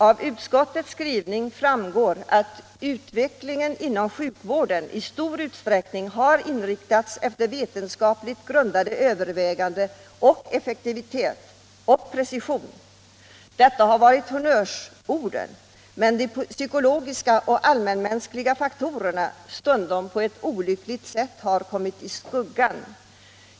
Av utskottets skrivning framgår att utvecklingen inom sjukvården i stor utsträckning har baserats på vetenskapligt grundade överväganden om effektivitet och precision. Detta har varit honnörsord, medan de psykologiska och allmänmänskliga faktorerna understundom på ett olyckligt sätt kommit i skuggan.